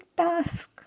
task